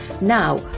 now